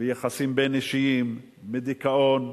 ביחסים בין-אישיים, מדיכאון,